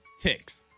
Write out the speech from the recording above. ticks